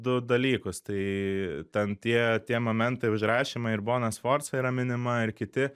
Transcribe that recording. du dalykus tai ten tie tie momentai užrašymai ir bona sforca yra minima ir kiti